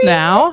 now